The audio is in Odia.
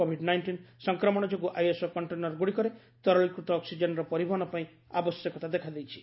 କୋବିଡ୍ ନାଇଷ୍ଟିନ୍ ସଂକ୍ରମଣ ଯୋଗୁଁ ଆଇଏସ୍ଓ କଣ୍ଟେନରଗୁଡ଼ିକରେ ତରଳୀକୃତ ଅକ୍ଟିଜେନର ପରିବହନ ପାଇଁ ଆବଶ୍ୟକତା ଦେଖାଦେଇଛି